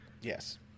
Yes